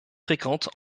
fréquentes